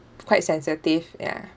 quite sensitive ya